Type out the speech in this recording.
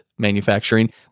manufacturing